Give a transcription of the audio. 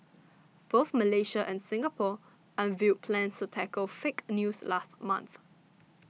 both Malaysia and Singapore unveiled plans to tackle fake news last month